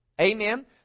Amen